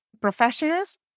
professionals